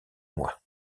mois